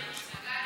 התנגדתי.